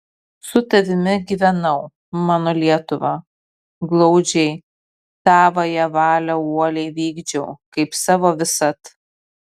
su tavimi gyvenau mano lietuva glaudžiai tavąją valią uoliai vykdžiau kaip savo visad